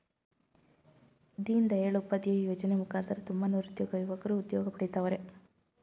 ದೀನ್ ದಯಾಳ್ ಉಪಾಧ್ಯಾಯ ಯೋಜನೆ ಮುಖಾಂತರ ತುಂಬ ನಿರುದ್ಯೋಗ ಯುವಕ್ರು ಉದ್ಯೋಗ ಪಡಿತವರ್ರೆ